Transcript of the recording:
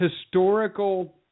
historical